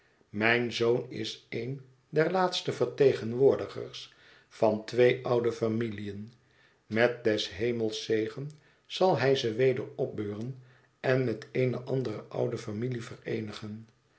mijn zoon is een der laatste vertegenwoordigers van twee oude familiën met des hemels zegen zal bij ze weder opbeuren en met eene andere oude familie vereenigen